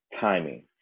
timing